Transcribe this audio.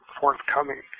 forthcoming